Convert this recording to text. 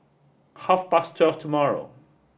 half past twelve tomorrow